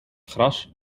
gras